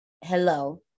hello